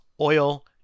oil